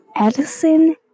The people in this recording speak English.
Edison